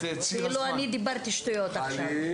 כאילו שאני דיברתי שטויות עכשיו.